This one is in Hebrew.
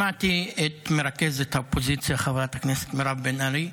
שמעתי את מרכזת האופוזיציה חברת הכנסת מירב בן ארי,